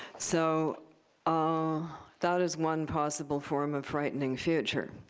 so um that is one possible form of frightening future.